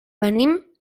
venim